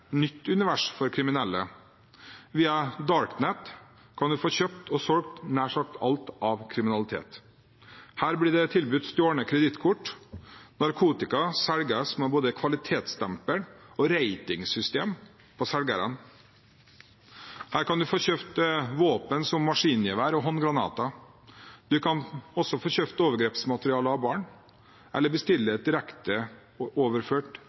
nytt univers for kriminelle. Via Darknet kan man få kjøpt og solgt nær sagt alt av kriminalitet. Her blir det tilbudt stjålne kredittkort. Narkotika selges med både kvalitetsstempel og ratingsystem fra selgerne. Her kan man få kjøpt våpen, som maskingevær og håndgranater, og man kan også få kjøpt overgrepsmateriale av barn, eller bestille